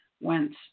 went